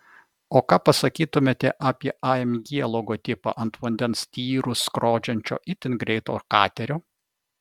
o ką pasakytumėte apie amg logotipą ant vandens tyrus skrodžiančio itin greito katerio